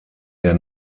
der